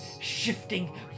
shifting